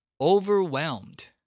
Overwhelmed